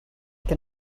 can